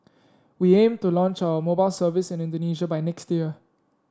we aim to launch our mobile service in Indonesia by next year